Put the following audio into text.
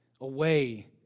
away